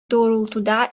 doğrultuda